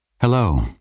hello